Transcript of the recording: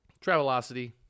Travelocity